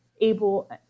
able